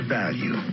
value